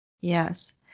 Yes